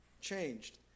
changed